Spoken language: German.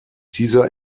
dieser